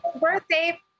birthday